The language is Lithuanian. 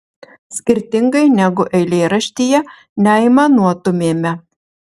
skirtingai negu eilėraštyje neaimanuotumėme